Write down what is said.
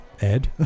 Ed